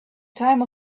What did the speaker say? time